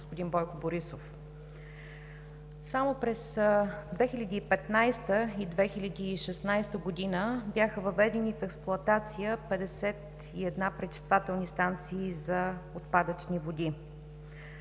господин Бойко Борисов. Само през 2015-а и 2016 г. бяха въведени в експлоатация 51 пречиствателни станции за отпадъчни води.